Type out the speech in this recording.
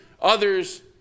others